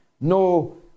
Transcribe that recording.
no